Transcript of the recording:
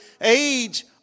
age